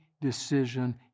decision